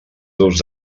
durs